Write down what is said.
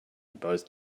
both